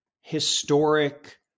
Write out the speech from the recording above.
historic